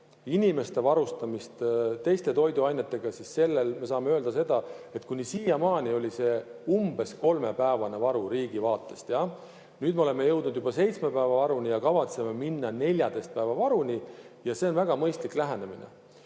inimeste varustamist teiste toiduainetega, siis me saame öelda, et kuni siiamaani oli see umbes kolmepäevane varu. Nüüd me oleme jõudnud juba seitsme päeva varuni ja kavatseme jõuda 14 päeva varuni. See on väga mõistlik lähenemine.